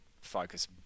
focus